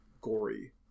gory